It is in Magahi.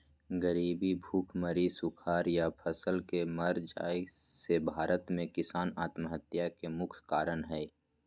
गरीबी, भुखमरी, सुखाड़ या फसल के मर जाय से भारत में किसान आत्महत्या के मुख्य कारण हय